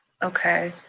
okay.